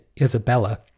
Isabella